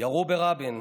ירו ברבין,